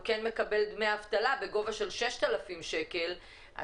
כן מקבל דמי אבטלה בגובה של 6,000 שקל,